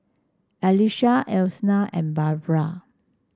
Alesha Elna and Barbra